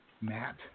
Matt